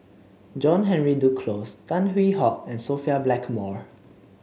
John Henry Duclos Tan Hwee Hock and Sophia Blackmore